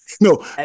No